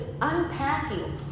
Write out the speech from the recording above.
unpacking